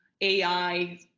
AI